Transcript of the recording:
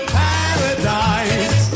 paradise